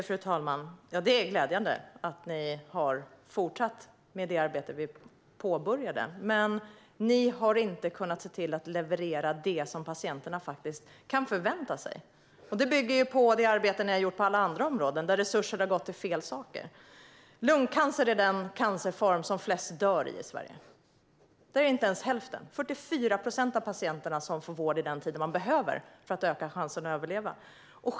Fru talman! Det är glädjande att ni har fortsatt med det arbete vi påbörjade, ministern, men ni har inte kunnat se till att leverera det patienterna faktiskt kan förvänta sig. Det bygger på det arbete ni har gjort på alla andra områden, där resurser har gått till fel saker. Lungcancer är den cancerform som flest dör av i Sverige. Det är inte ens hälften av de patienterna som får vård i den tid de behöver för att öka chanserna att överleva, utan 44 procent.